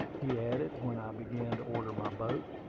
he added, when i began to order my boat.